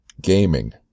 gaming